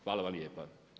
Hvala vam lijepa.